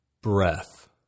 Breath